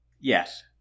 Yes